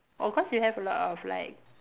oh cause you have a lot of like